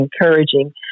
encouraging